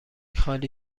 خالی